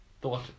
thought